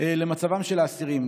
למצבם של האסירים.